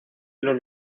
los